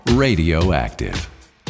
Radioactive